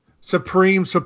Supreme